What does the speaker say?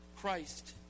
Christ